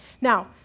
Now